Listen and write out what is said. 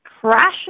crashing